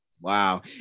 Wow